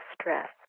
stress